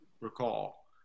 recall